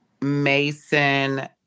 Mason